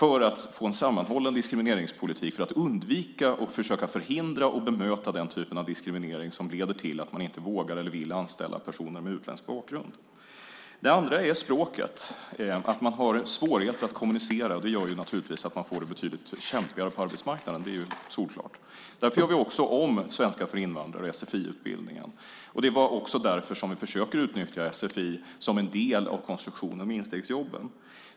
Då får vi en sammanhållen diskrimineringspolitik för att undvika, försöka förhindra och bemöta den typ av diskriminering som leder till att man inte vågar eller vill anställa personer med utländsk bakgrund. Det andra skälet är språket. Har man svårigheter att kommunicera får man det betydligt kämpigare på arbetsmarknaden. Det är solklart. Därför gör vi om svenska för invandrare, sfi-utbildningen. Det är också därför som vi försöker utnyttja sfi som en del av konstruktionen för instegsjobben.